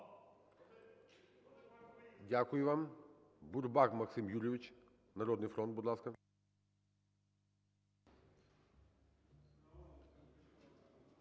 Дякую вам. БурбакМаксим Юрійович, "Народний фронт", будь ласка.